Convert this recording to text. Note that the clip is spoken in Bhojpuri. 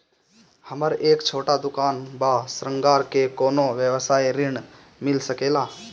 हमर एक छोटा दुकान बा श्रृंगार के कौनो व्यवसाय ऋण मिल सके ला?